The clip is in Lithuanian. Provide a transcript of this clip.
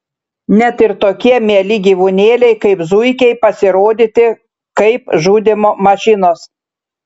net ir tokie mieli gyvūnėliai kaip zuikiai pasirodyti kaip žudymo mašinos